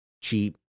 cheap